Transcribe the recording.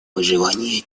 выживания